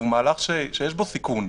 הוא מהלך שיש בו סיכון,